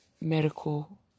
medical